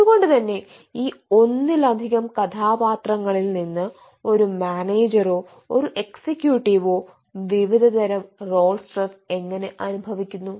അതുകൊണ്ടു തന്നെ ഈ ഒന്നിലധികം കഥാപാത്രങ്ങളിൽ നിന്ന് ഒരു മാനേജറോ ഒരു എക്സിക്യൂട്ടീവോ വിവിധതരം റോൾ സ്ട്രെസ് എങ്ങനെ അനുഭവിക്കുന്നു